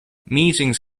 meetings